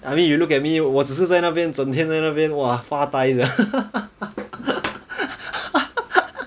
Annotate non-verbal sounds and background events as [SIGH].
I mean you look at me 我只是在那边整天在那边哇发呆 sia [LAUGHS]